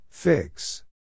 Fix